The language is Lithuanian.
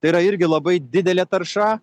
tai yra irgi labai didelė tarša